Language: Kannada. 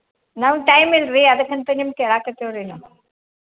ನಮ್ಗೆ ಟೈಮ್ ಇಲ್ಲ ರೀ ಅದಕ್ಕಂತ ನಿಮ್ಗೆ ಕೇಳಕತ್ತೀವಿ ರೀ